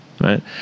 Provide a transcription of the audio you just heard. right